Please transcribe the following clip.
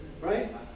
right